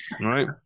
Right